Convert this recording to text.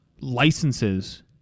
licenses